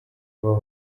boba